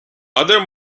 other